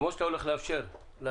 כמו שאתה הולך לאפשר לדואר